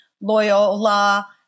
Loyola